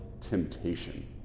temptation